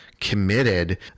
committed